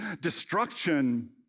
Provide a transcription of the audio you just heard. destruction